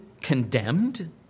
condemned